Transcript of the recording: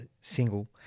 single